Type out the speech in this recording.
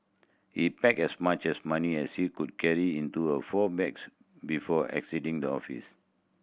he packed as much as money as he could carry into a four bags before exiting the office